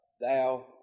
thou